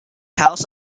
house